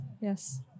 Yes